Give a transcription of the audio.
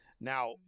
Now